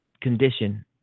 condition